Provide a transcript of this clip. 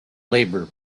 labour